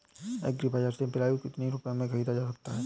Agree बाजार से पिलाऊ कितनी रुपये में ख़रीदा जा सकता है?